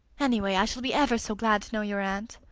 anyway, i shall be ever so glad to know your aunt.